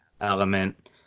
element